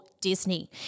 Disney